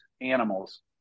animals